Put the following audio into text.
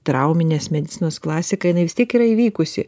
trauminės medicinos klasika jinai vis tiek yra įvykusi